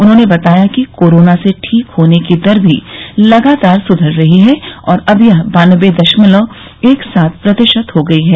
उन्होंने बताया कि कोरोना से ठीक होने की दर भी लगातार सुधर रही है और अब यह बान्नबे दशमवल एक सात प्रतिशत हो गई है